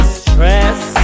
stress